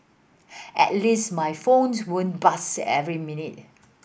at least my phones won't buzz every minute